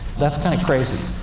that's kind of crazy.